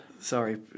Sorry